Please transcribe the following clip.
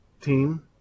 team